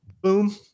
Boom